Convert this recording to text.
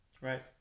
Right